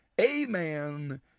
Amen